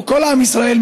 או כל עם ישראל,